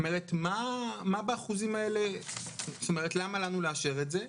מה באחוזים, זאת אומרת, למה לנו לאשר את זה?